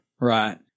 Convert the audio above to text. Right